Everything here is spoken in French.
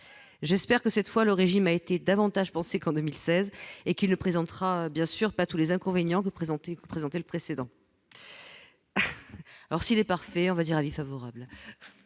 j'espère que cette fois, le régime a été davantage penser qu'en 2016 et qui ne présentera bien sûr pas tous les inconvénients que vous présentez pour présenter le précédent alors s'il est parfait, on va dire : avis favorable.